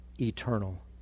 eternal